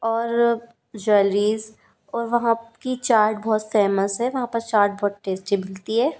और ज्वेलरीस और वहाँ की चाट बहुत फेमस है और वहाँ पर चाट बहुत टैस्टी मिलती है